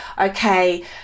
okay